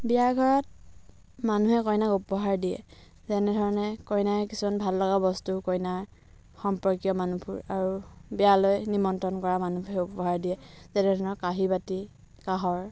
বিয়াঘৰত মানুহে কইনাক উপহাৰ দিয়ে যেনেধৰণে কইনাৰ কিছুমান ভাল লগা বস্তু কইনাৰ সম্পৰ্কীয় মানুহবোৰ আৰু বিয়ালৈ নিমন্ত্ৰণ কৰা মানুহবোৰে উপহাৰ দিয়ে যেনে ধৰণৰ কাঁহী বাতি কাঁহৰ